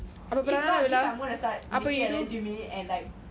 I'm gonna start making a resume and like